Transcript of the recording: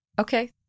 Okay